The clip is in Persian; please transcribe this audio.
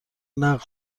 نقد